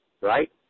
right